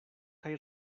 kaj